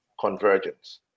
convergence